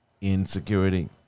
insecurity